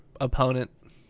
opponent